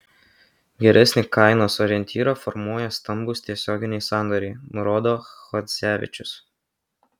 geresnį kainos orientyrą formuoja stambūs tiesioginiai sandoriai nurodo chadzevičius